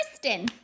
Kristen